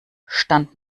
stand